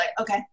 Okay